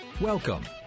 Welcome